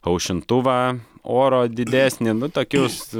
aušintuvą oro didesnį nu tokius